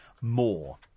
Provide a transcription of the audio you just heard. more